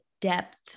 depth